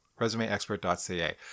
ResumeExpert.ca